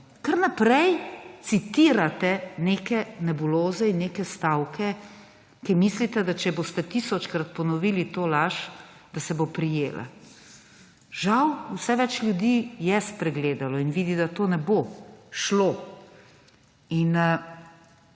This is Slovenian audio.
Kar naprej citirate neke nebuloze in neke stavke, ker mislite, da če boste tisočkrat ponovili to laž, da se bo prijela. Žal, vse več ljudi je spregledalo in vidi, da to ne bo šlo.